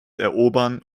erobern